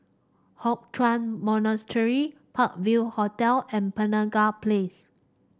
Hock Chuan Monastery Park View Hotel and Penaga Place